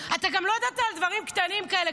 אתה גם לא ידעת על דברים קטנים כאלה,